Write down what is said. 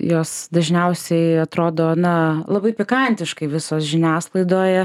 jos dažniausiai atrodo na labai pikantiškai visos žiniasklaidoje